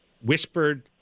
whispered